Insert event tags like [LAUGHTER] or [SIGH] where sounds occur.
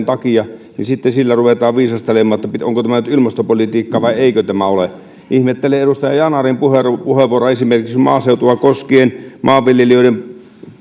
[UNINTELLIGIBLE] takia niin sitten sillä ruvetaan viisastelemaan että onko tämä nyt ilmastopolitiikkaa vai eikö tämä ole ihmettelen edustaja yanarin puheenvuoroa esimerkiksi maaseutua koskien maanviljelijöiden